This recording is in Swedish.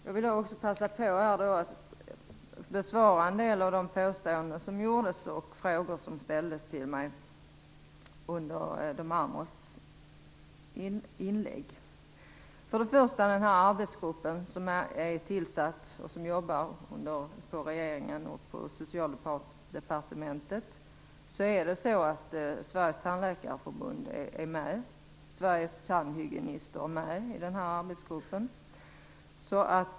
Jag vill också passa på att kommentera en del av de påståenden som gjordes och besvara en del frågor som ställdes till mig under andra talares inlägg. I den arbetsgrupp som är tillsatt och som jobbar under regeringen och Socialdepartementet ingår Sveriges tandläkarförbund och Sveriges tandhygienister.